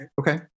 okay